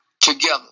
together